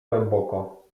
głęboko